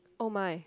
oh my